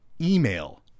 email